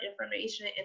information